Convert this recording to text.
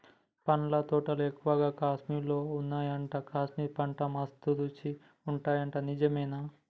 పండ్ల తోటలు ఎక్కువగా కాశ్మీర్ లో వున్నాయట, కాశ్మీర్ పండ్లు మస్త్ రుచి ఉంటాయట నిజమేనా